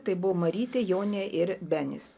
tai buvo marytė jonė ir benis